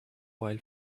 while